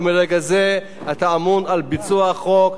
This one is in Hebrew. ומרגע זה אתה אמון על ביצוע החוק.